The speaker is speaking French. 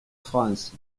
france